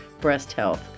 breasthealth